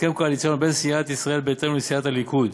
הסכם קואליציוני בין סיעת ישראל ביתנו לסיעת הליכוד,